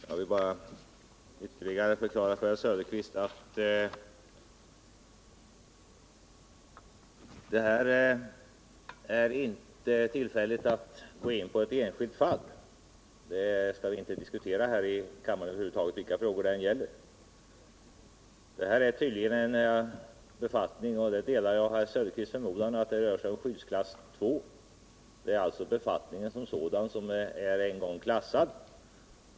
Herr talman! Jag vill bara ytterligare förklara för herr Söderqvist att detta inte är rätta tillfället att gå in på ett enskilt fall. Sådana skall vi inte diskutera här i kammaren, vilka frågor det än gäller. Jag delar herr Söderqvists förmodan att det rör sig om en befattning i skyddsklass 2, och den befattningen är som sådan en gång klassad.